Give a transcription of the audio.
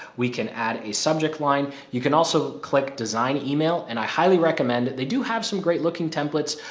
we can add a subject line, you can also click design email and i highly recommend they do have some great-looking templates,